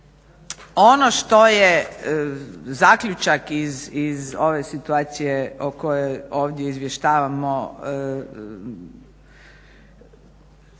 Ono što je zaključak iz ove situacije o kojoj ovdje izvještavamo